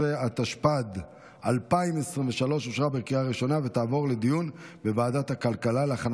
19), התשפ"ד 2023, לוועדת הכלכלה נתקבלה.